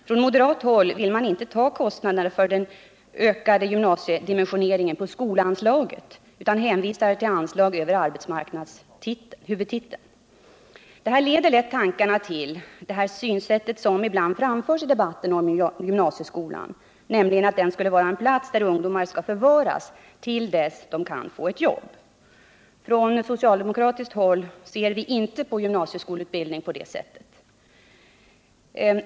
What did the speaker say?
Från moderat håll vill man inte ta kostnaderna för den ökade gymnasiedimensioneringen på skolanslaget utan hänvisar till anslag över arbetsmarknadshuvudtiteln. Detta leder lätt tankarna till det synsätt som ibland framförs i debatten om gymnasieskolan, nämligen att den skall vara en plats där ungdomar skall förvaras till dess de kan få ett jobb. Från socialdemokratiskt håll ser vi inte på gymnasieskolutbildning på detta sätt.